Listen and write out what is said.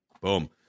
boom